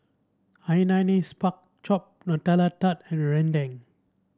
Hainanese Pork Chop Nutella Tart and rendang